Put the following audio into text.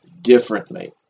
differently